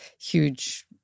huge